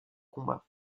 combat